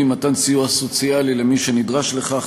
היא מתן סיוע סוציאלי למי שנדרש לכך.